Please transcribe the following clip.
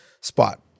spot